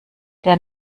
der